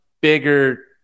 bigger